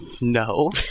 no